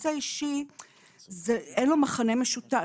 נושא אישי אין לו מכנה משותף.